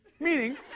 Meaning